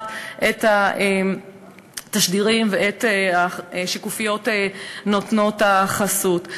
את התשדירים ואת השקופיות של נותנות החסות.